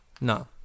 no